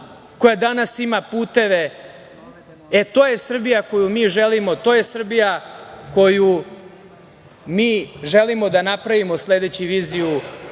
koja danas ima puteve. E, to je Srbija koju mi želimo, to je Srbija koju mi želimo da napravimo sledeći viziju